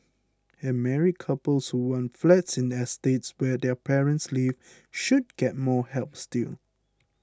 and married couples who want flats in estates where their parents live should get more help still